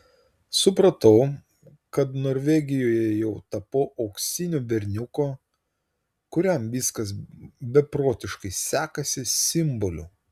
supratau kad norvegijoje jau tapau auksinio berniuko kuriam viskas beprotiškai sekasi simboliu